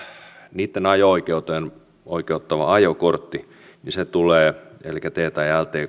niitten ajo oikeuteen oikeuttava ajokortti elikkä t tai lt